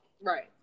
Right